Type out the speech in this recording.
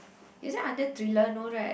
is that under thriller no right